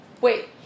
wait